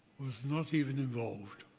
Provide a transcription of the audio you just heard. was not even involved.